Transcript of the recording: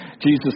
Jesus